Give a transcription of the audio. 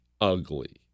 ugly